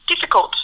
difficult